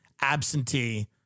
absentee